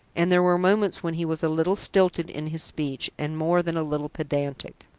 and there were moments when he was a little stilted in his speech, and more than a little pedantic.